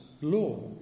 law